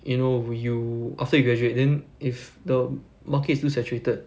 you know you after you graduate then if the market is too saturated